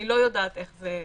אני לא יודעת איך זה יעבוד.